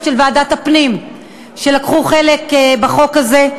של ועדת הפנים שלקחו חלק בחקיקת החוק הזה.